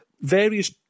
various